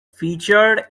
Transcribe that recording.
featured